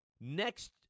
Next